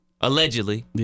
allegedly